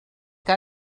que